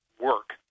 work